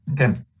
Okay